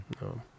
no